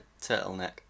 turtleneck